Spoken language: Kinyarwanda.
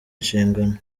inshingano